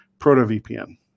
ProtoVPN